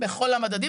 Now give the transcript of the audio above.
בכל המדדים,